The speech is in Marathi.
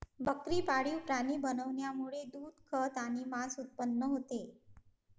बकरी पाळीव प्राणी बनवण्यामुळे दूध, खत आणि मांस उत्पन्न होते